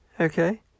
Okay